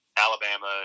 Alabama